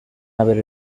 haber